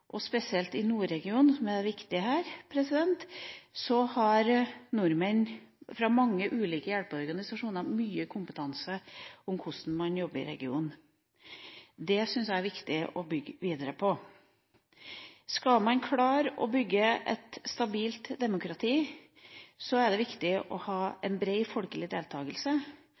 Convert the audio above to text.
og spesielt i nordregionen – som er det viktige her – har nordmenn fra mange ulike hjelpeorganisasjoner mye kompetanse på hvordan man jobber i regionen. Det synes jeg er viktig å bygge videre på. Skal man klare å bygge et stabilt demokrati, er det viktig å ha en bred folkelig